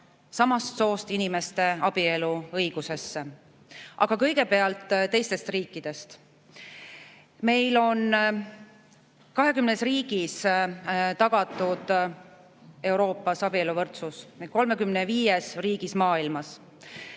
samast soost inimeste abieluõigusesse. Aga kõigepealt teistest riikidest. Meil on 20 riigis tagatud Euroopas abieluvõrdsus ja 35 riigis maailmas.